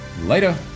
Later